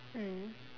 mm